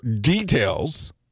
details